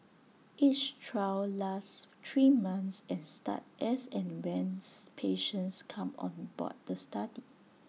each trial lasts three months and start as and when patients come on board the study